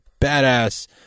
badass